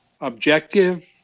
objective